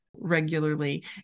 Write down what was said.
regularly